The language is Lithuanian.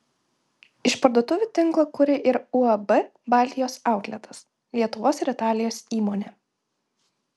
išparduotuvių tinklą kuria ir uab baltijos autletas lietuvos ir italijos įmonė